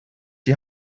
die